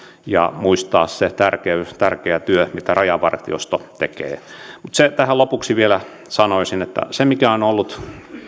ja muistaa se tärkeä työ mitä rajavartiosto tekee tähän lopuksi vielä sanoisin että se mikä on ollut